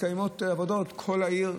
מתקיימות עבודות בכל העיר,